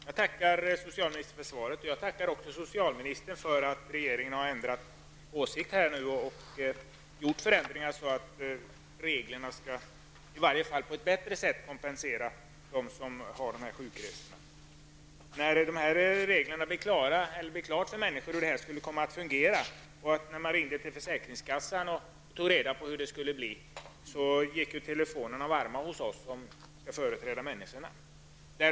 Herr talman! Jag tackar socialministern för svaret. Jag tackar socialministern också för att regeringen har ändrat åsikt och nu gjort förändringar så att reglerna i varje fall på ett bättre sätt skall kompensera dem som behöver göra sjukresor. När det stod klart för människor hur det här skulle komma att fungera och när man ringt till försäkringskassan och tagit reda på hur det skulle bli gick telefonerna varma hos oss som skall företräda människorna.